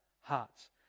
hearts